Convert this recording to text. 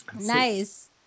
Nice